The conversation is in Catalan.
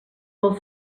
pel